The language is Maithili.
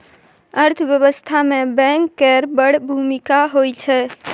अर्थव्यवस्था मे बैंक केर बड़ भुमिका होइ छै